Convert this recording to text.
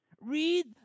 Read